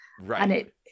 Right